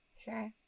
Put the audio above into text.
Sure